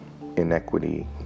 inequity